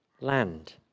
land